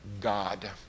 God